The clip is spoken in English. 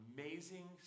amazing